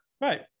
Right